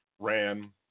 ran